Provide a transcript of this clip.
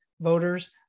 voters